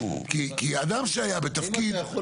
כי אדם שהיה בתפקיד --- האם אתה יכול